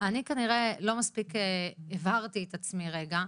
אני כנראה לא מספיק הבהרתי את עצמי רגע.